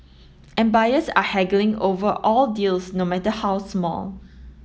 and buyers are haggling over all deals no matter how small